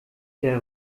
der